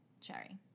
Cherry